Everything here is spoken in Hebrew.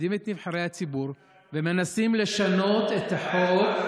מרפדים את נבחרי הציבור ומנסים לשנות את החוק,